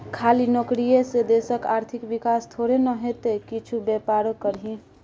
खाली नौकरीये से देशक आर्थिक विकास थोड़े न हेतै किछु बेपारो करही